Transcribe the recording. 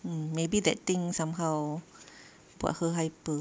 mm maybe that thing somehow buat her hyper